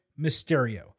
Mysterio